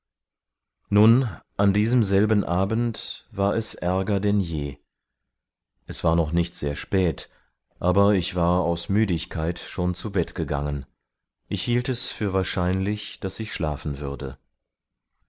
nun an diesem selben abend war es ärger denn je es war noch nicht sehr spät aber ich war aus müdigkeit schon zu bett gegangen ich hielt es für wahrscheinlich daß ich schlafen würde